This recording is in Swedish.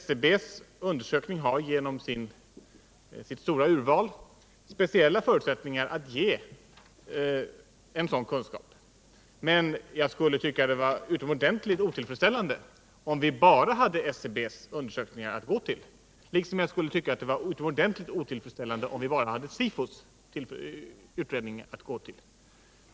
SCB:s undersökning har genom sitt stora urval speciella förutsättningar att ge sådan kunskap. Men jag skulle tycka att det vore utomordentligt otillfredsställande, om vi bara hade SCB:s undersökningar att stödja oss på eller bara hade SIFO:s utredningar att lita till.